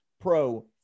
pro